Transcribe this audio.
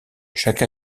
chaque